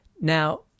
now